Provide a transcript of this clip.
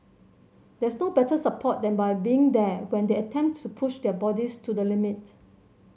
there's no better support than by being there when they attempt to push their bodies to the limit